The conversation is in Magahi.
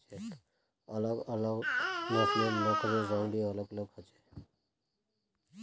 अलग अलग नस्लेर लकड़िर रंग भी अलग ह छे